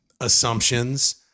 assumptions